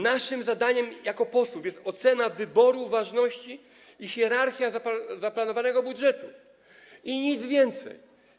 Naszym zadaniem jako posłów jest ocena, wybór ważności i hierarchia zaplanowanego budżetu i nic więcej.